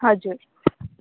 हजुर